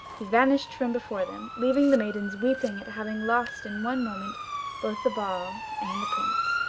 he vanished from before them, leaving the maidens weeping at having lost in one moment both the ball and the prince.